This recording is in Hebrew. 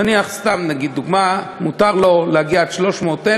נניח, סתם לדוגמה, מותר לו להגיע עד 300,000,